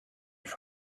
for